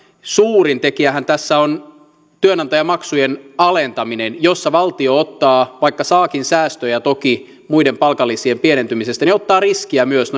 suurin tekijähän tässä on työnantajamaksujen alentaminen jossa valtio vaikka saakin säästöjä toki muiden palkanlisien pienentymisestä ottaa riskiä myös